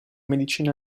medicina